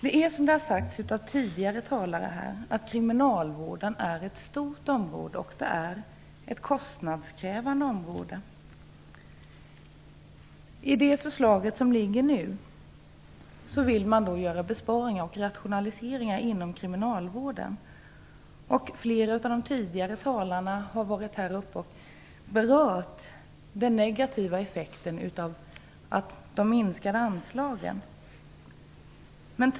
Det är så, som andra talare har sagt tidigare, att kriminalvården är ett stort och kostnadskrävande område. I det förslag som nu ligger vill man göra besparingar och rationaliseringar inom kriminalvården. Flera talare har tidigare berört den negativa effekten av de minskade anslagen.